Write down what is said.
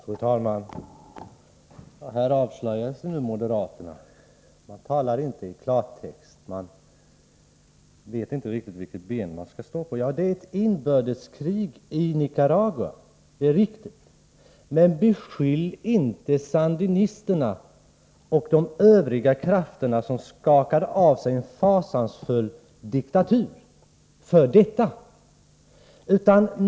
Fru talman! Här avslöjar sig nu moderaterna. Man talar inte i klartext, man vet inte riktigt vilket ben man skall stå på. Det är ett inbördeskrig i Nicaragua — det är riktigt. Men beskyll inte sandinisterna och de övriga krafter som skakade av sig en fasansfull diktatur för detta!